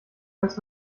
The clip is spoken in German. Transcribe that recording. ganz